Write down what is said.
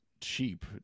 cheap